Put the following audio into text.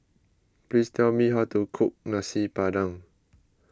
please tell me how to cook Nasi Padang